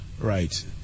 Right